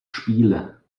spiele